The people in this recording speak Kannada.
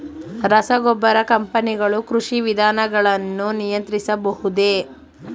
ರಸಗೊಬ್ಬರ ಕಂಪನಿಗಳು ಕೃಷಿ ವಿಧಾನಗಳನ್ನು ನಿಯಂತ್ರಿಸಬಹುದೇ?